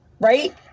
right